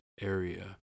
area